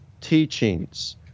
teachings